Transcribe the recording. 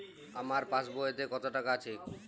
আমার পাসবইতে কত টাকা আছে?